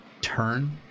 turn